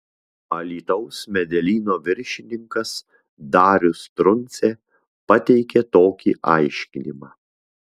alytaus medelyno viršininkas darius truncė pateikė tokį aiškinimą